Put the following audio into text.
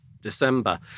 December